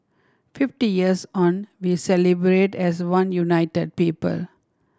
fifty years on we celebrate as one united people